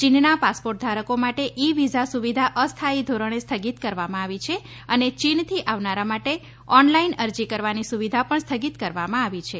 ચીનના પાસપોટધારકો માટે ઈ વીઝા સુવિધા અસ્થાથી ધોરણે સ્થગિત કરવામાં આવી છે અને ચીનથી આવનારા માટે ઓનલાઈન અરજી કરવાની સુવિધા પણ સ્થગિત કરવામાં આવી છે